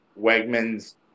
Wegmans